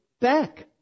back